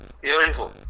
Beautiful